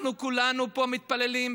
אנחנו כולנו פה מתפללים,